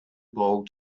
ball